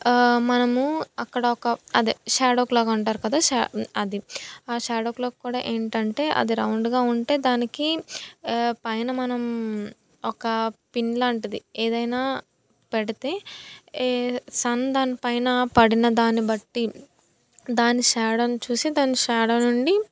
మనము అక్కడొక అదే షాడో క్లాక్ అంటారు కదా అది ఆ షాడో క్లాక్ కూడా ఏంటంటే అది రౌండ్గా ఉంటే దానికి పైన మనం ఒక పిన్ లాంటిది ఏదైనా పెడితే సన్ దాని పైన పడిన దాన్నిబట్టి దాని షాడోని చూసి దాని షాడో నుండి